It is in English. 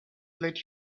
let